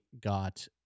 got